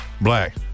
Black